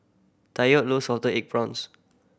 Tyrek love salted egg prawns